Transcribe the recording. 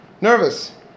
nervous